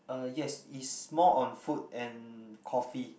eh yes it's more on food and coffee